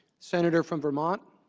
senator from vermont